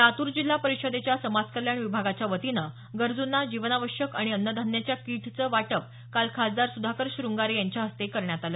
लातूर जिल्हा परिषदेच्या समाजकल्याण विभागाच्या वतीनं गरजुंना जीवनावश्यक आणि अन्नधान्याच्या कीटचं वाटप काल खासदार सुधाकर शृंगारे यांच्या हस्ते करण्यात आल